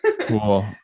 Cool